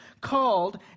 called